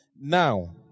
Now